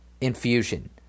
infusion